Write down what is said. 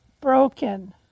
broken